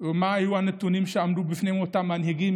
ומה היו הנתונים שעמדו בפני אותם מנהיגים